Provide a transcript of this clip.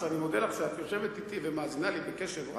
שאני מודה לך על שאת יושבת אתי ומאזינה לי בקשב רב,